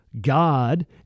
God